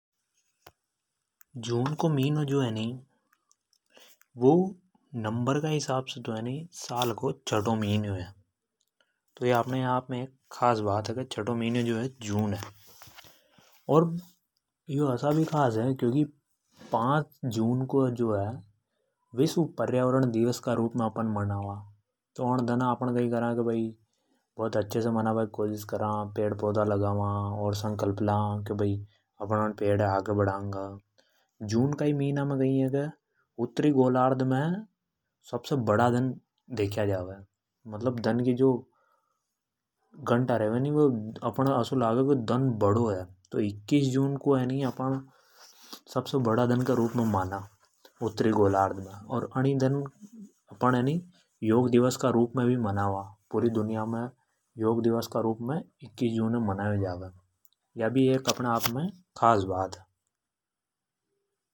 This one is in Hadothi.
﻿जून को जो मिनो है नि वु नंबर का हिसाब से तो साल को छठा मिनो है। तो अपने आप में खास बात है। और यो जो है असा भी खास है की पांच जून को जो है अपण विश्व पर्यावरण दिवस का रूप में मनावा। अप णी कोशिश रे अण दना ज्यादा पेड़ पौधा लगावा और संकल्प ला की पेड़ है आगे बड़ागा। जून का मिन्या मे उत्तरी गोलार्ध में सबसे बड़ा दिन देख्या जा वे। मतलब दन की जोघंटा रहेगा तो इक्कीस जून को है नहीं अपना सबसे बड़ा दिन का रूप में माना। और अणी दन है योग दिवस का रूप में भी मनावा पूरी दुनिया मे तो या भी बड़ी खास बात है।